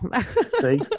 See